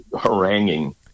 haranguing